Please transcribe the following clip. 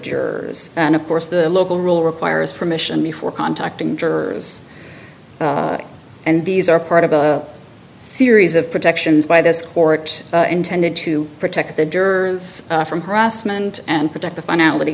jurors and of course the local rule requires permission before contacting jurors and these are part of a series of protections by this court intended to protect the jurors from harassment and protect the finality